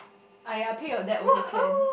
!aiya! pay your debt also can